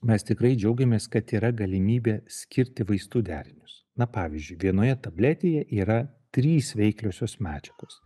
mes tikrai džiaugiamės kad yra galimybė skirti vaistų derinius na pavyzdžiui vienoje tabletėje yra trys veikliosios medžiagos